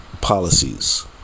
policies